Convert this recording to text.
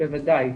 בוודאי.